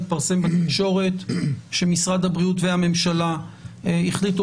התפרסם בתקשורת שמשרד הבריאות והממשלה החליטו